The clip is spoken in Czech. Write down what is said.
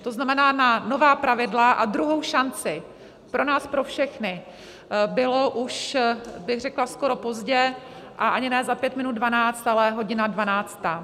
To znamená, na nová pravidla a druhou šanci pro nás pro všechny bylo už bych řekla skoro pozdě a ani ne za pět minut dvanáct, ale hodina dvanáctá.